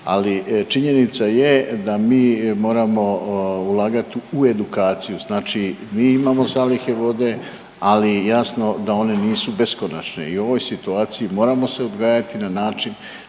Ali činjenica je da mi moramo ulagat u edukaciju, znači mi imamo zalihe vode, ali jasno da one nisu beskonačne i u ovoj situaciji moramo se odgajati na način